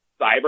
cyber